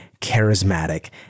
charismatic